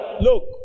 Look